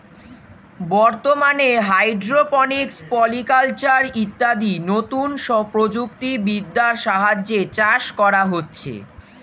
বর্তমানে hydroponics, polyculture ইত্যাদি নতুন প্রযুক্তি বিদ্যার সাহায্যে চাষ করা হচ্ছে